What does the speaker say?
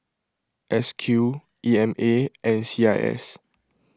S Q E M A and C I S